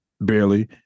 barely